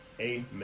Amen